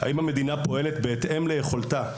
האם המדינה פועלת בהתאם ליכולתה?